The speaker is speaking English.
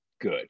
good